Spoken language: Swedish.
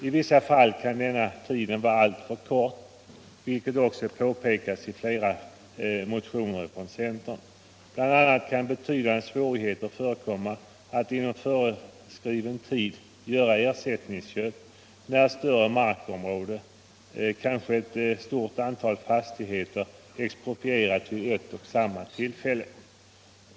I vissa fall kan denna tid vara alltför kort, vilket också påpekats i flera motioner från centern. Bl. a. kan betydande svårigheter föreligga att inom föreskriven tid göra ersättningsköp, när större markområden — kanske ett stort antal fastigheter — exproprierats vid ett och samma tillfälle.